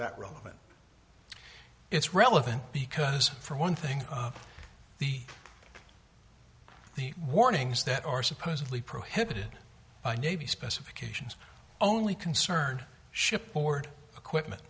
that relevant it's relevant because for one thing the warnings that are supposedly prohibited by navy specifications only concern ship board equipment